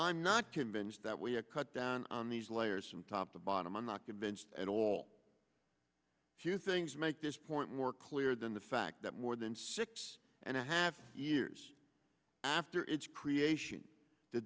i'm not convinced that we have cut down on these layers from top to bottom i'm not convinced at all few things make this point more clear than the fact that more than six and a half years after its creation the